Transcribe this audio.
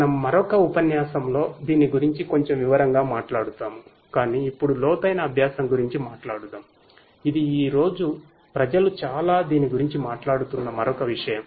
మనము మరొక ఉపన్యాసంలో దీని గురించి కొంచెం వివరంగా మాట్లాడుతాము కాని ఇప్పుడు లోతైన అభ్యాసం గురించి మాట్లాడుదాం ఇది ఈ రోజు ప్రజలు చాలా ధీని గురించి మాట్లాడుతున్న మరొక విషయం